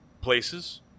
places